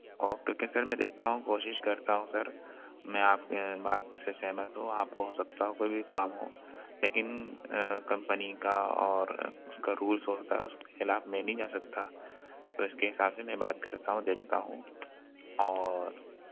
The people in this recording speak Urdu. اوکے کے سر میں دیکھتا ہوں کوشش کرتا ہوں سر میں آپ کے بات سے سہمت ہوں آپ کو ہو سکتا ہو کوئی بھی کام ہو لیکن کمپنی کا اور اُس کا رولس ہوتا اُس کے خلاف میں نہیں جا سکتا تو اِس کے ساتھ ہی میں بات کرتا ہوں دیکھتا ہوں اور